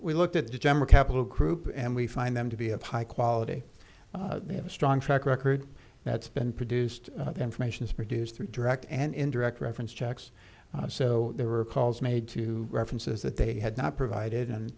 we looked at the capital group and we find them to be of high quality they have a strong track record that's been produced information is produced through direct and indirect reference checks so there were calls made to references that they had not provided and